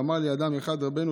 ואמר לי אדם אחד: רבנו,